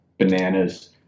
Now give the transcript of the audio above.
Bananas